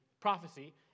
prophecy